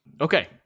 Okay